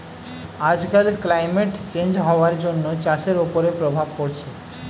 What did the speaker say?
আজকাল climate change হওয়ার জন্য চাষের ওপরে প্রভাব পড়ছে